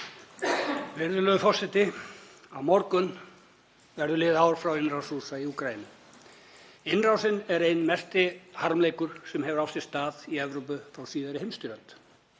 Virðulegur forseti. Á morgun verður liðið ár frá innrás Rússa í Úkraínu. Innrásin er einn mesti harmleikur sem hefur átt sér stað í Evrópu frá síðari heimsstyrjöld.